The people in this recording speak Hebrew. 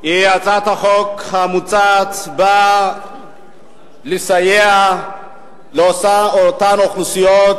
הצעת החוק המוצעת באה לסייע לאותן אוכלוסיות